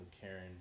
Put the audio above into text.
Karen